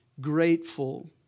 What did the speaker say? grateful